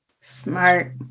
Smart